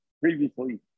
previously